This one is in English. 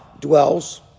dwells